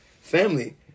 family